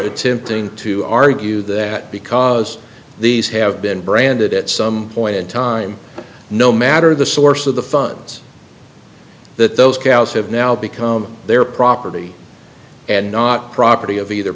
attempting to argue that because these have been branded at some point in time no matter the source of the funds that those cows have now become their property and not property of either